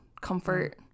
comfort